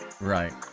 Right